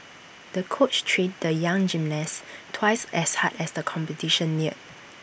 the coach trained the young gymnast twice as hard as the competition neared